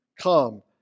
Come